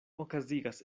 okazigas